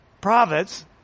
prophets